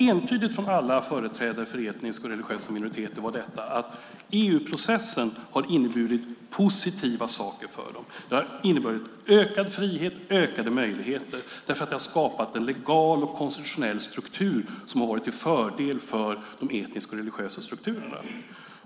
Entydigt från alla företrädare för etniska och religiösa minoriteter var att EU-processen har inneburit positiva saker för dem. Den har inneburit ökad frihet och ökade möjligheter därför att den har skapat en legal och konstitutionell struktur som har varit till fördel för de etniska och religiösa minoriteterna.